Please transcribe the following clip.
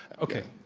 okay,